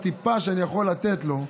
הטיפה שאני יכול לתת לו,